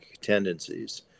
tendencies